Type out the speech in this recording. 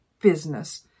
business